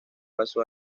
pasó